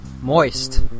Moist